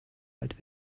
alt